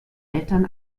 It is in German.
eltern